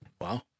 Wow